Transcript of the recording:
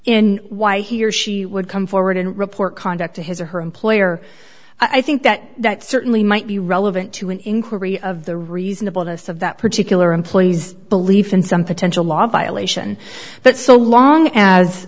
in why he or she would come forward and report conduct to his or her employer i think that that certainly might be relevant to an inquiry of the reasonableness of that particular employee's belief in some potential law violation but so long as